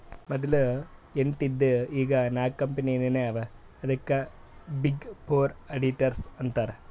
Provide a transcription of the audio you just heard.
ಮದಲ ಎಂಟ್ ಇದ್ದು ಈಗ್ ನಾಕ್ ಕಂಪನಿನೇ ಅವಾ ಅದ್ಕೆ ಬಿಗ್ ಫೋರ್ ಅಡಿಟರ್ಸ್ ಅಂತಾರ್